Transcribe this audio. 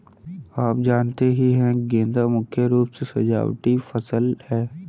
आप जानते ही है गेंदा मुख्य रूप से सजावटी फसल है